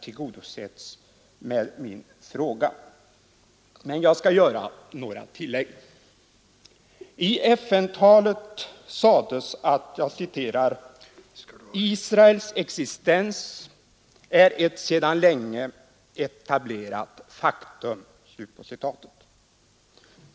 I FN-talet sades att ”Israels existens är ett sedan länge etablerat faktum”.